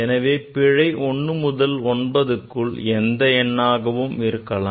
எனவே பிழை 1 முதல் 9 க்குள் எந்த எண்ணாகவும் இருக்கலாம்